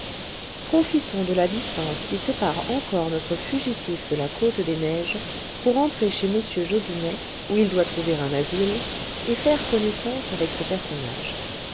profitons de la distance qui sépare encore notre fugitif de la côte des neiges pour entrer chez m jobinet où il doit trouver un asile et faire connaissance avec ce personnage